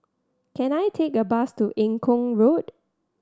can I take a bus to Eng Kong Road